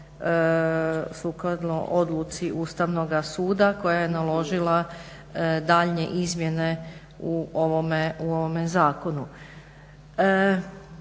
sukladno odluci Ustavnog suda koji je naložila daljnje izmjene u ovome zakonu.